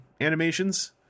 animations